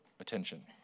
attention